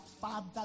Father